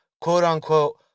quote-unquote